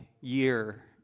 year